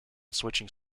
switching